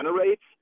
generates